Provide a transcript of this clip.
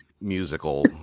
musical